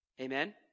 Amen